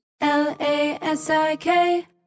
L-A-S-I-K